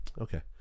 okay